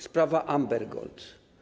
Sprawa Amber Gold.